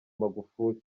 magufuli